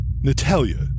Natalia